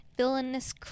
Villainous